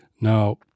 Now